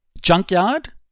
Junkyard